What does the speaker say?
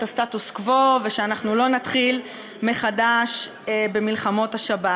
הסטטוס-קוו ואנחנו לא נתחיל מחדש במלחמות השבת.